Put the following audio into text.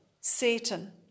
Satan